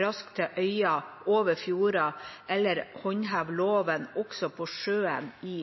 raskt til øyer, over fjorder eller håndheve loven også på sjøen i